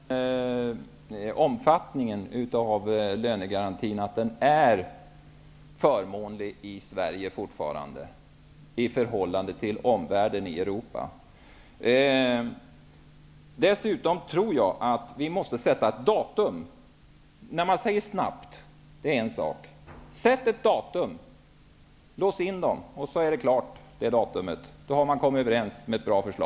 Herr talman! Jo, vi talade om omfattningen beträffande lönegarantin. Lönegarantin är ju fortfarande förmånlig i Sverige i förhållande till hur det är ute i Europa. Jag tror att ett datum måste fastställas här. Det är en sak att säga att detta skall ske snabbt. Men när ett datum väl fastställts och man låser har man ändå kommit överens om något som är bra.